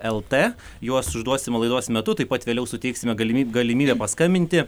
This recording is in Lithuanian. lt juos užduosim laidos metu taip pat vėliau suteiksime galimyb galimybę paskambinti